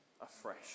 afresh